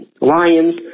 Lions